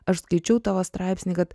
aš skaičiau tavo straipsnį kad